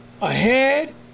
ahead